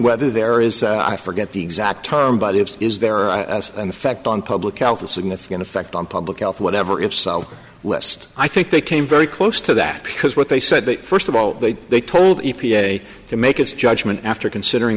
whether there is i forget the exact term but it is there are an effect on public health a significant effect on public health whatever if so list i think they came very close to that because what they said that first of all they they told a p a to make a judgment after considering